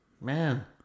Man